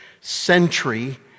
century